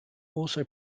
also